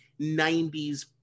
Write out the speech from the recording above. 90s